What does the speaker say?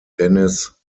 dennis